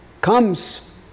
comes